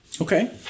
Okay